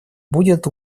будет